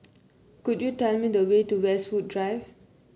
could you tell me the way to Westwood Drive